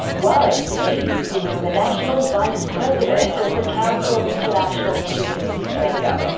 while at uni he was the national vice president of the council of international students australia.